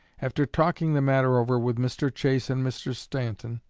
after talking the matter over with mr. chase and mr. stanton,